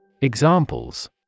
examples